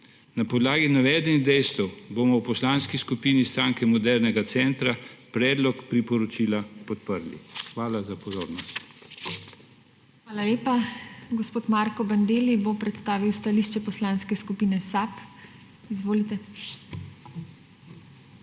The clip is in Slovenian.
Na podlagi navedenih dejstev bomo v Poslanski skupini Stranke modernega centra predlog priporočila podprli. Hvala za pozornost. PODPREDSEDNICA TINA HEFERLE: Hvala lepa. Gospod Marko Bandelli bo predstavil stališče Poslanske skupine SAB. Izvolite.